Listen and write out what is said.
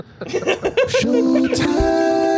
Showtime